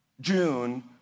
June